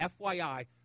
FYI